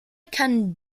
can